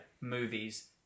movies